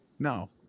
No